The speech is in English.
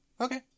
Okay